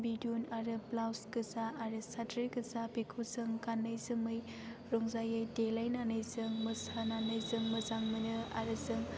बिदुन आरो ब्लाउस गोजा आरो साद्रि गोजा बेखौ जों गानै जोमै रंजायै देलायनानै जों मोसानानै जों मोजां मोनो आरो जों